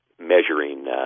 measuring